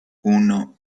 uno